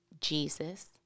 Jesus